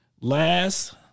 last